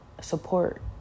support